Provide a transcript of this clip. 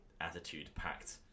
attitude-packed